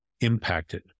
impacted